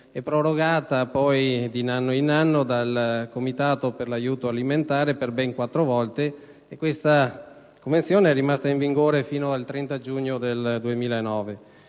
e prorogata poi di anno in anno dal Comitato per l'aiuto alimentare per ben quattro volte, restando, di conseguenza, in vigore fino al 30 giugno 2009.